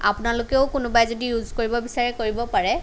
আপোনালোকেও কোনোবাই যদি ইউজ কৰিব বিচাৰে কৰিব পাৰে